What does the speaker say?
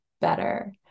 better